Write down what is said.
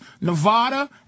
Nevada